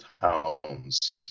towns